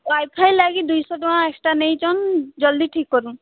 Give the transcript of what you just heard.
Y FI ଲାଗି ଦୁଇ ଶହ ଟଙ୍କା ଏକ୍ସଟ୍ରା ନେଇଛନ୍ ଜଲ୍ଦି ଠିକ କରୁନ୍